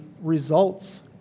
results